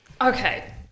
Okay